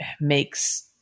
makes